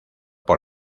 por